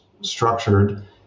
structured